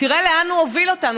תראה לאן הוא הוביל אותנו.